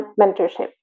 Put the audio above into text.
Mentorship